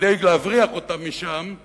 כדי להבריח אותם משם,